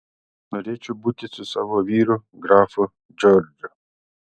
norėčiau būti su savo vyru grafu džordžu